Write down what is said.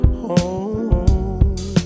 home